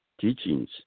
teachings